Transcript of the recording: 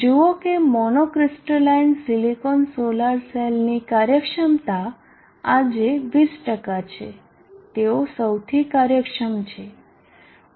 જુઓ કે monocrystalline silicon solar સેલની કાર્યક્ષમતા આજે 20 છે તેઓ સૌથી કાર્યક્ષમ છે